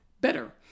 better